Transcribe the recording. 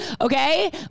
Okay